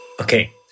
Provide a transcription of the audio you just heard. Okay